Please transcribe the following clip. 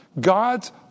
God's